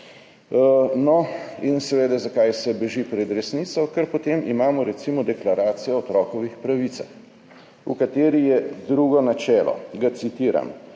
Seveda, zakaj se beži pred resnico, ker potem imamo recimo Deklaracijo o otrokovih pravicah, v kateri je drugo načelo, ki ga citiram: